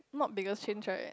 not biggest change right